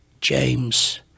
James